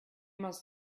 must